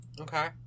Okay